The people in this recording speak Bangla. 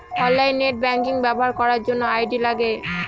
অনলাইন নেট ব্যাঙ্কিং ব্যবহার করার জন্য আই.ডি লাগে